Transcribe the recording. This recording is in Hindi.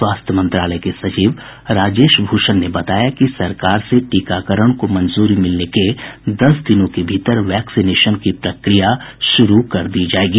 स्वास्थ्य मंत्रालय के सचिव राजेश भूषण ने बताया कि सरकार से टीकाकरण को मंजूरी मिलने के दस दिनों के भीतर वैक्सीनेशन की प्रक्रिया शुरू कर दी जायेगी